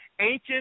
ancient